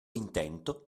intento